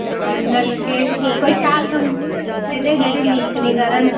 नलके कोई शैल कंपनी दे लाई दे जेह्ड़े लीक निं करन